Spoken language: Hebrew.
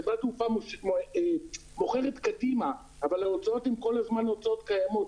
חברת תעופה מוכרת קדימה אבל ההוצאות הן כל הזמן הוצאות קיימות,